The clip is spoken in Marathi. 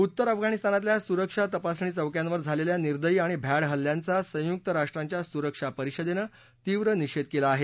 उत्तर अफगाणिस्तानातल्या सुरक्षा तपासणी चौक्यांवर झालेल्या निर्दयी आणि भ्याड हल्ल्यांचा संयुक्त राष्ट्रांच्या सुरक्षा परिषदेनं तीव्र निषेध केला आहे